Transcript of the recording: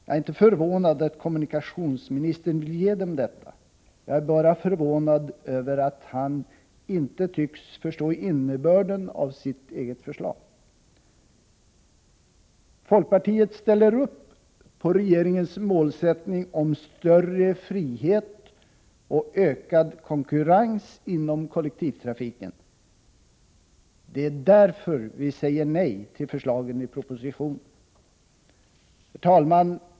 Jag är inte förvånad över att kommunikationsministern vill ge dem detta, utan bara över att han inte tycks förstå innebörden av sitt eget förslag. Folkpartiet ställer sig bakom regeringens målsättning om större frihet och ökad konkurrens inom kollektivtrafiken. Det är därför vi säger nej till förslagen i propositionen. Herr talman!